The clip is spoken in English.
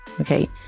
Okay